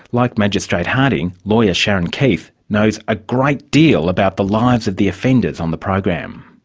like magistrate harding, lawyer sharon keith knows a great deal about the lives of the offenders on the program.